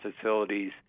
facilities